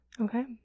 Okay